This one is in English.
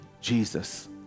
Jesus